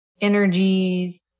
energies